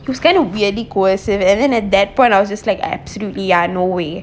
it was kind of weirdly coercive and then at that point I was just like absolutely ya no way